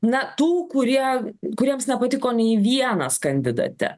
na tų kurie kuriems nepatiko nei vienas kandidate